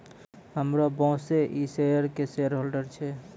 हमरो बॉसे इ शेयर के शेयरहोल्डर छै